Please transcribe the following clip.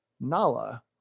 Nala